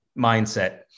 mindset